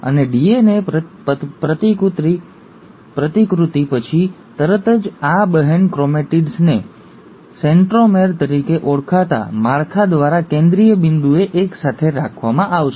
અને ડીએનએ પ્રતિકૃતિ પછી તરત જ આ બહેન ક્રોમેટિડ્સને સેન્ટ્રોમેર તરીકે ઓળખાતા માળખા દ્વારા કેન્દ્રિય બિંદુએ એક સાથે રાખવામાં આવશે